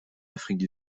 afrique